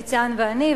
ניצן ואני,